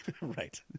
right